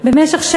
פשוט קרע אותו.